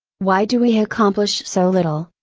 why do we accomplish so little,